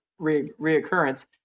reoccurrence